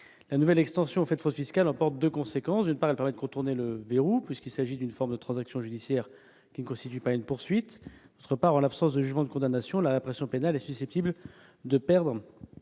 La nouvelle extension aux faits de fraude fiscale emporte deux conséquences. D'une part, elle permet de contourner le verrou, puisqu'il s'agit d'une forme de transaction judiciaire qui ne constitue pas une poursuite. D'autre part, en l'absence de jugement de condamnation, la répression pénale est susceptible de perdre